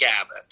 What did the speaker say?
abbott